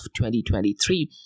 2023